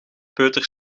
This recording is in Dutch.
peuter